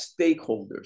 stakeholders